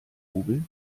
rubel